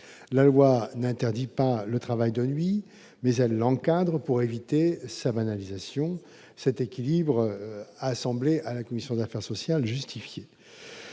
La loi n'interdit pas le travail de nuit, mais elle l'encadre pour éviter sa banalisation. Cet équilibre a paru justifié à la commission des affaires sociales.